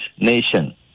nation